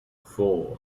four